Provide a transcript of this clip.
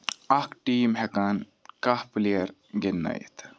اکھ ٹیٖم ہٮ۪کان کاہ پِلیر گِندنٲیِتھ تہٕ